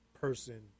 person